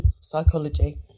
psychology